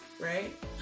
right